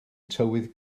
tywydd